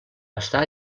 està